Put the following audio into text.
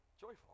joyful